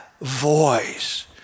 voice